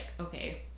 okay